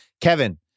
Kevin